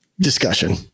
discussion